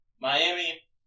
Miami